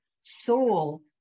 soul